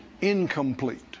Incomplete